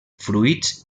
fruits